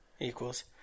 equals